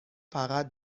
فقط